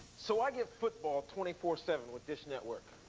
so i get football twenty four seven with dish network?